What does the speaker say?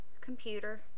computer